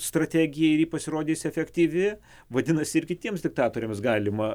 strategija ir pasirodys efektyvi vadinasi ir kitiems diktatoriams galima